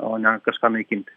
o ne kažką naikinti